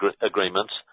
agreements